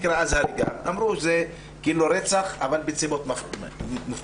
אמרו, זה כאילו רצח, אבל בנסיבות מופחתות.